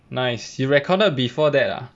nice you recorded before that ah